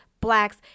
blacks